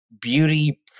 beauty